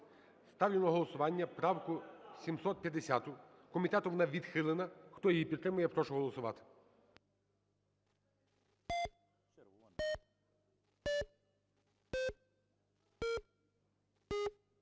Ставлю на голосування поправку 753-ю. Комітетом вона була відхилена. Хто її підтримує. Прошу голосувати.